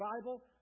Bible